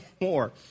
more